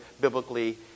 biblically